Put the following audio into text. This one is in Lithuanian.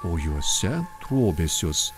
o juose trobesius